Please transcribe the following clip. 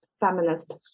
feminist